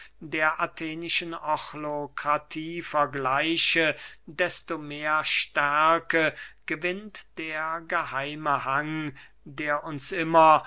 der athenischen ochlokratie vergleiche desto mehr stärke gewinnt der geheime hang der uns immer